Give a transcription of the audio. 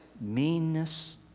meanness